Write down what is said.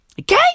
Okay